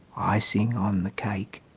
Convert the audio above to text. icing on the cake.